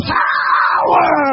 power